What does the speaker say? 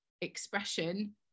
expression